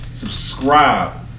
Subscribe